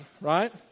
Right